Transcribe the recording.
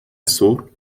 صبح